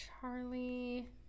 Charlie